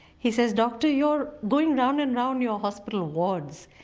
he says doctor, you're going round and round your hospital wards,